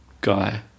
guy